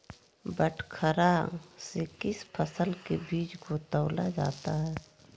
बटखरा से किस फसल के बीज को तौला जाता है?